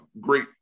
great